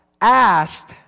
asked